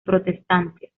protestantes